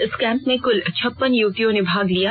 इस कैम्प में कृल छप्पन युवतियों ने भाग लिया था